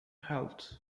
health